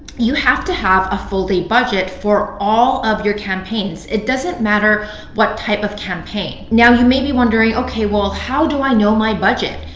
you have to have a full day budget for all of your campaigns. it doesn't matter what type of campaign. now, you may be wondering, okay, well, how do i know my budget?